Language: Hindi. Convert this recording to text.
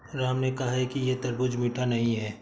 राम ने कहा कि यह तरबूज़ मीठा नहीं है